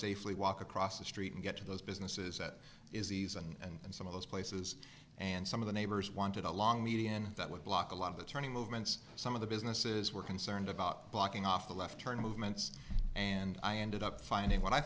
safely walk across the street and get to those businesses that is ease and some of those places and some of the neighbors wanted a long median that would block a lot of the turning movements some of the businesses were concerned about blocking off the left turn movements and i ended up finding what i